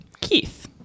Keith